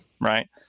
right